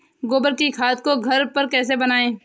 गोबर की खाद को घर पर कैसे बनाएँ?